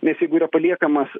nes jeigu yra paliekamas